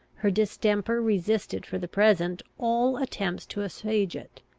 her distemper resisted for the present all attempts to assuage it,